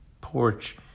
porch